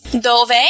Dove